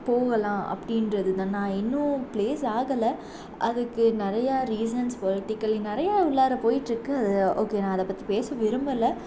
போகலாம் அப்டின்றது தான் நான் இன்னும் ப்ளேஸ் ஆகல அதுக்கு நிறைய ரீசன்ஸ் வெர்டிகலி நிறையா உள்ளார போயிட்டுருக்கு அது ஓகே நான் அதை பற்றி பேச விரும்பலை